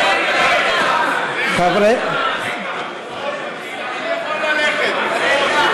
חברי הכנסת זהבה גלאון, אילן גילאון,